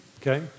Okay